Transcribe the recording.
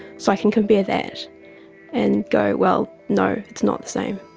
so i can compare that and go, well, no, it's not the same.